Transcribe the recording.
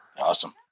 awesome